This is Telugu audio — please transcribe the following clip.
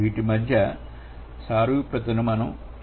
వీటి మధ్య సారూప్యతను మనం చేయబోతున్నాం